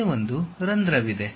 ಕೆಳಗೆ ಒಂದು ರಂಧ್ರವಿದೆ